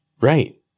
Right